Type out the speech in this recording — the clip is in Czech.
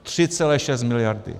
Tři celé šest miliardy.